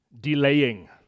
Delaying